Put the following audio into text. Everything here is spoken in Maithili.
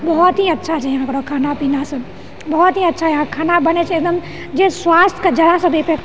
बहुत ही अच्छा छै यहाँ कऽ रऽ खाना पीनासभ बहुत ही अच्छा यहाँ खाना बनैत छै एकदम जे स्वास्थयकऽ जरा सा भी इफेक्ट